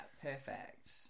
perfect